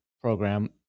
program